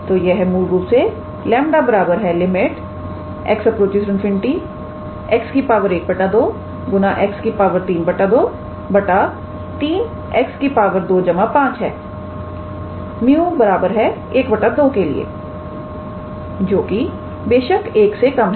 तो यह मूल रूप से 𝜆 x∞ 𝑥 1 2 𝑥 3 2 3𝑥 25 है 𝜇 1 2 के लिए जो कि बेशक 1 से कम है